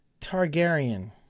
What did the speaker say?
Targaryen